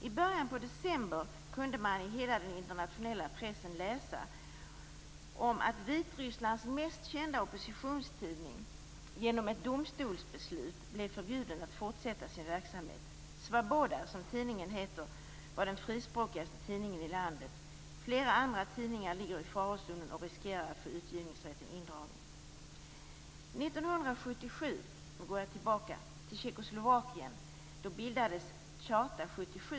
I början av december kunde man i hela den internationella pressen läsa om att Vitrysslands mest kända oppositionstidning genom ett domstolsbeslut blev förbjuden att fortsätta sin verksamhet. Svaboda, som tidningen heter, var den frispråkigaste tidningen i landet. Flera andra tidningar ligger i farozonen och riskerar att få utgivningsrätten indragen. År 1977 - nu går jag tillbaka i tiden - bildades i Tjeckoslovakien Charta 77.